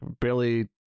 barely